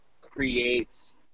creates